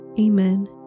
Amen